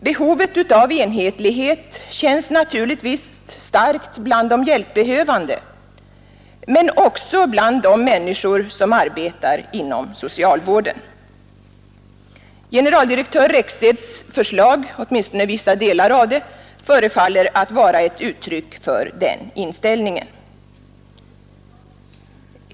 Behovet av enhetlighet känns naturligtvis starkt bland de hjälpbehövande men också bland de människor som arbetar inom socialvården. Generaldirektör Rexeds förslag — åtminstone vissa delar av det — förefaller att vara ett uttryck för den inställningen.